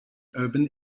urban